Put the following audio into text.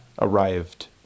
arrived